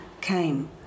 came